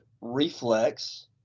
Reflex